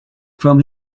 from